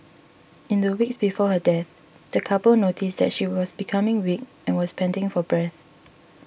in the weeks before her death the couple noticed that she was becoming weak and was panting for breath